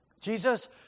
Jesus